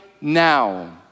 now